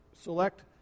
select